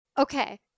Okay